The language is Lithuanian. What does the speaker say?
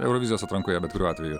eurovizijos atrankoje bet kuriuo atveju